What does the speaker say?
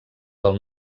del